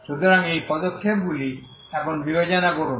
সুতরাং এই পদক্ষেপগুলি তাই এখন বিবেচনা করুন